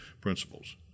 principles